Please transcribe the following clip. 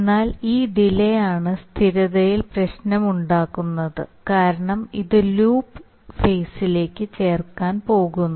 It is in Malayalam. എന്നാൽ ഈ ഡിലേ ആണ് സ്ഥിരതയിൽ പ്രശ്നമുണ്ടാക്കുന്നത് കാരണം ഇത് ലൂപ്പ് ഫെയ്സിലേക്ക് ചേർക്കാൻ പോകുന്നു